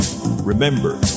Remember